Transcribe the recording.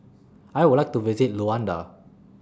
I Would like to visit Luanda